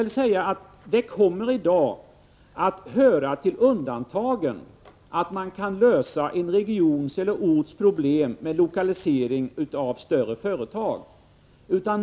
Det hör i dag och kommer framöver att höra till undantagen att man kan lösa en orts eller regions problem med lokalisering av större företag.